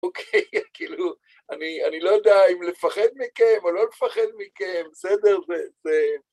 אוקיי, כאילו, אני לא יודע אם לפחד מכם או לא לפחד מכם, בסדר?